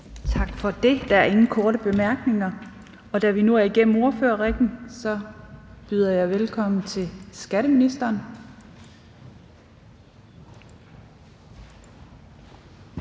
Tak for det. Der er ingen korte bemærkninger, og da vi nu er kommet igennem ordførerrækken, byder jeg velkommen til skatteministeren.